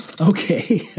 Okay